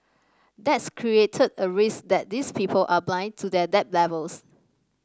that's created a risk that these people are blind to their debt levels